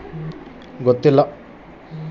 ಮೆಣಸಿನಕಾಯಿ ಬಿತ್ತಾಕ ಯಾವ ಯಂತ್ರ ಉಪಯೋಗವಾಗುತ್ತೆ?